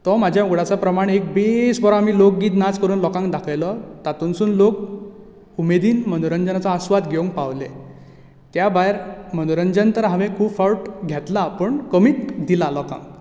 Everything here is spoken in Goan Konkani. तो म्हज्या उगडासा प्रमाण एक बेस बरो आमी लोकगीत नाच करून लोकांक दाखयलो तातूंतसून लोक उमेदीन मनोरंजनाचो आस्वाद घेवंक पावले त्या भायर मनोरंजन तर हांवें खूब फावट घेतलां पूण कमीत दिलां लोकांक